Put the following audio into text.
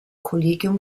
kollegium